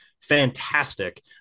fantastic